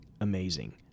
amazing